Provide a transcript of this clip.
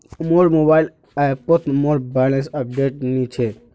मोर मोबाइल ऐपोत मोर बैलेंस अपडेट नि छे